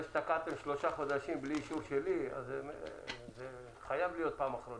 אחרי שתקעתם שלושה חודשים בלי אישור שלי זה חייב להיות פעם אחרונה.